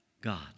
God